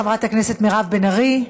חברת הכנסת מירב בן ארי,